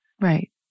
Right